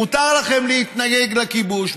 מותר לכם להתנגד לכיבוש.